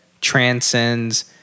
transcends